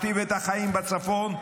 מכתיב את החיים בצפון,